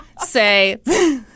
say